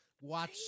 watch